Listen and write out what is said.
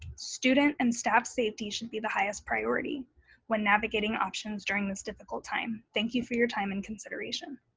student and staff safety should be the highest priority when navigating options during this difficult time. thank you for your time and consideration.